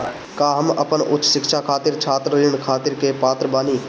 का हम अपन उच्च शिक्षा खातिर छात्र ऋण खातिर के पात्र बानी?